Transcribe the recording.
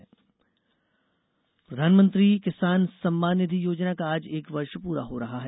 PM Kisan प्रधानमंत्री किसान सम्मा्न निधि योजना का आज एक वर्ष पूरा हो रहा है